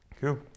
cool